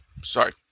sorry